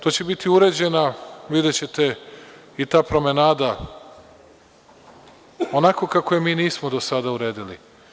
To će biti uređena, videćete i ta promenada, onako kako je mi nismo do sada uredili.